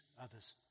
others